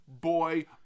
boy